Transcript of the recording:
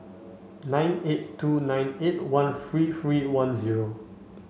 nine eight two nine eight one three three one zero